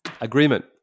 agreement